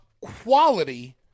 quality